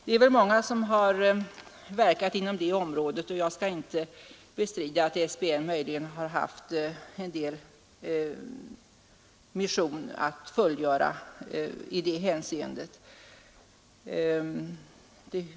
Det är väl många goda krafter som har samverkat inom det området, och jag skall inte bestrida att SBN möjligen har haft en viss mission att fylla i det hänseendet.